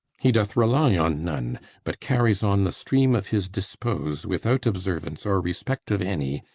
he doth rely on none but carries on the stream of his dispose, without observance or respect of any,